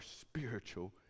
spiritual